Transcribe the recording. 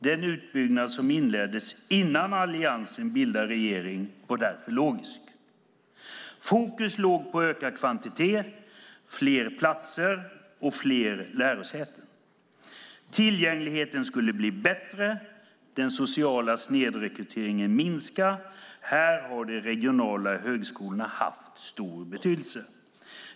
Den utbyggnad som inleddes innan alliansen bildade regering var därför logisk. Fokus låg på ökad kvantitet, fler platser och fler lärosäten. Tillgängligheten skulle bli bättre, den sociala snedrekryteringen minska. Här har de regionala högskolorna haft stor betydelse.